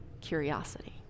curiosity